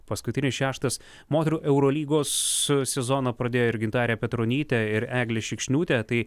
paskutinis šeštas moterų eurolygos sezoną pradėjo ir gintarė petronytė ir eglė šikšniūtė tai